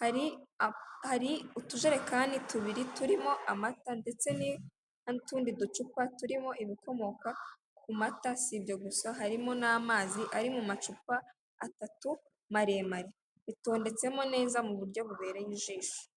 hari a hari utujerekani tubiri turimo amata ndetse n'utundi ducupa turimo ibikomoka ku mata, si ibyo gusa, harimo n'amazi ari mu macupa atatu maremare, bitondetsemo neza mu buryo bubereye ijisho.